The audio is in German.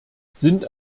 sind